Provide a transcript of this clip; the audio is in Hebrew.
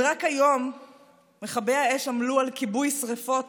רק היום מכבי האש עמלו על כיבוי שרפות